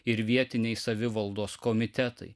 ir vietiniai savivaldos komitetai